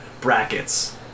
brackets